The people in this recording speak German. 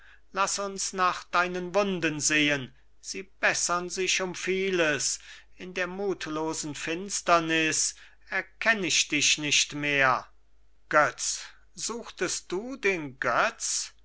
laß uns nach deinen wunden sehen sie bessern sich um vieles in der mutlosen finsternis erkenn ich dich nicht mehr götz suchtest du den götz